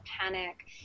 panic